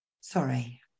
Sorry